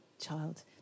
child